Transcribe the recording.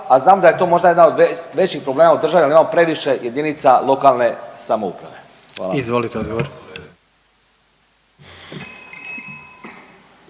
a znam da je to možda jedna od većih problema u državi jer imamo previše jedinica lokalne samouprave. Hvala.